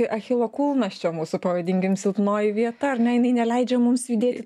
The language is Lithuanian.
achilo kulnas čia mūsų pavadinkim silpnoji vieta ar ne jinai neleidžia mums judėti